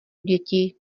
děti